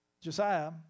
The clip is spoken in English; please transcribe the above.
Josiah